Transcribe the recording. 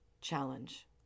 challenge